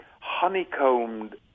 honeycombed